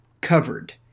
covered